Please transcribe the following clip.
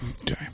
Okay